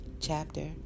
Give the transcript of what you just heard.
Chapter